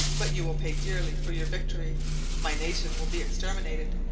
but you will pay dearly for your victory my nation will be exterminated,